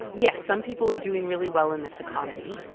yeah some people are doing really well in this economy.